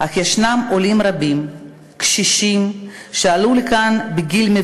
ואחרי אלפיים שנה חזרו למולדתם כדי לכונן בית